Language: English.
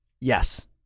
Yes